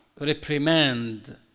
reprimand